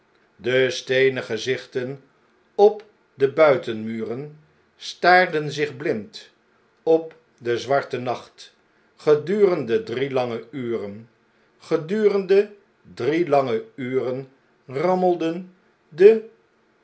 de steenen gezichten op de buitenmuren staarden zich blind op den zwarten nacht gedurende drie lange uren gedurende drie lange uren rammelden de